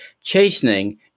Chastening